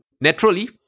naturally